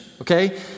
Okay